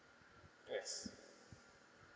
yes